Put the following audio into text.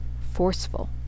forceful